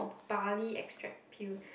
barley extract peel